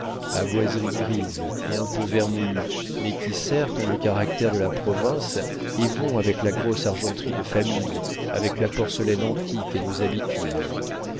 à boiseries grises et un peu vermoulues mais qui certes ont le caractère de la province et vont avec la grosse argenterie de famille avec la porcelaine antique et nos habitudes